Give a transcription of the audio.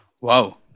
Wow